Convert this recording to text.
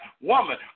woman